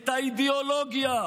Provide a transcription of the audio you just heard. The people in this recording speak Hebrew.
את האידיאולוגיה,